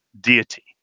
deity